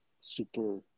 super